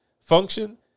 function